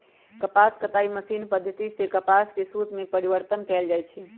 कपास कताई मशीनी पद्धति सेए कपास के सुत में परिवर्तन कएल जाइ छइ